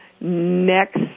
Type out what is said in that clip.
next